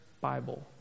Bible